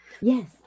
Yes